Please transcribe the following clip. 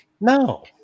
No